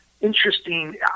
interesting